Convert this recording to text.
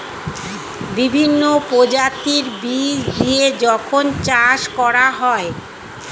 বিভিন্ন প্রজাতির বীজ দিয়ে যখন চাষ করা হয়